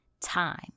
time